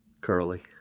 Curly